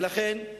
ולכן,